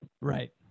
Right